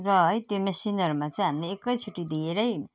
र है त्यो मेसिनहरूमा चाहिँ हामीले एक चोटि धेरै